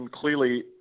clearly